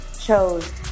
chose